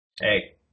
hey